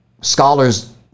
scholars